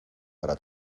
para